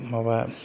माबा